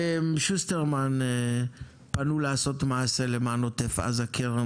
שוסטרמן פנו לעשות מעשה למען עוטף עזה, קרן